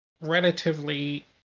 Relatively